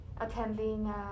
attending